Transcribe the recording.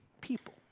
people